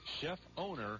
chef-owner